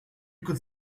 could